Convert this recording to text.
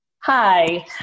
Hi